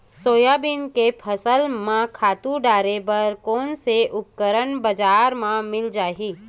Soybean के फसल म खातु डाले बर कोन से उपकरण बजार म मिल जाहि?